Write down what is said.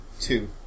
Two